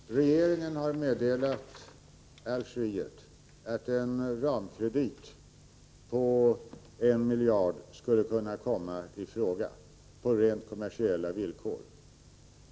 Fru talman! Regeringen har meddelat Algeriet att en ramkredit på 1 miljard kronor skulle kunna komma i fråga, på rent kommersiella villkor.